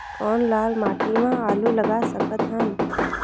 कौन लाल माटी म आलू लगा सकत हन?